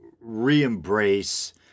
re-embrace